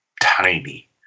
tiny